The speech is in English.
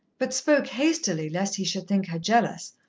but spoke hastily lest he should think her jealous,